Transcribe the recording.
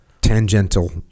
Tangential